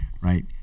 Right